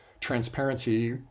transparency